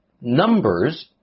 Numbers